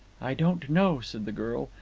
i don't know, said the girl.